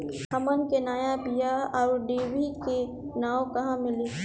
हमन के नया बीया आउरडिभी के नाव कहवा मीली?